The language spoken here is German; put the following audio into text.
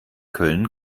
köln